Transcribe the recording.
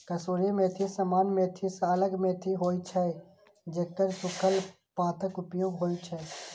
कसूरी मेथी सामान्य मेथी सं अलग मेथी होइ छै, जेकर सूखल पातक उपयोग होइ छै